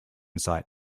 site